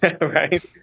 Right